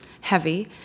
heavy